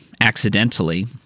accidentally